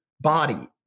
body